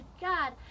God